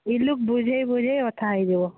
ଇ ଲୁକ୍ ବୁଝେଇ ବୁଝେଇ ଅଥା ହେଇଯିବ